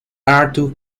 arthur